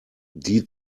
die